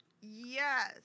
Yes